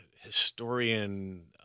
historian